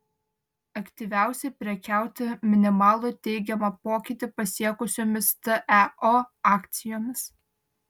aktyviausiai prekiauta minimalų teigiamą pokytį pasiekusiomis teo akcijomis